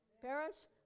parents